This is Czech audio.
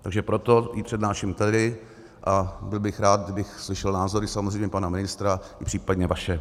Takže proto ji přednáším tady a byl bych rád, kdybych slyšel názory samozřejmě pana ministra i případně vaše.